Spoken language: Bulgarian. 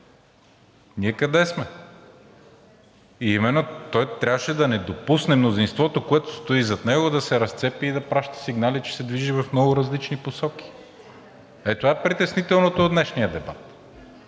ние къде сме. Именно той трябваше да не допусне мнозинството, което стои зад него, да се разцепи и да праща сигнали, че се движи в много различни посоки. Ето това е притеснителното от днешния дебат.